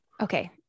Okay